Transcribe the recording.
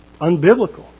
unbiblical